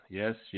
yes